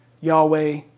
Yahweh